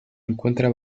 encuentran